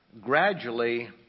gradually